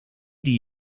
die